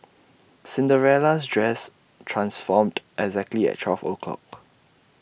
Cinderella's dress transformed exactly at twelve o'clock